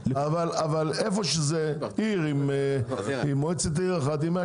אבל איפה שזה עיר עם מועצת עיר אחת היא מאשרת.